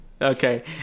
Okay